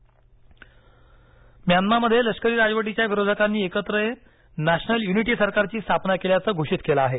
Myanmar सरकार म्यानमामध्ये लष्करी राजवटीच्या विरोधकांनी एकत्र येत नॅशनल युनिटी सरकारची स्थापना केल्याचं घोषित केलं आहे